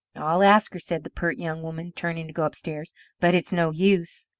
i'll ask her, said the pert young woman, turning to go upstairs but it's no use.